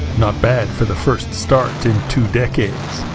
not bad for the first started two decades.